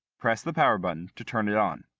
press the power button to turn it on.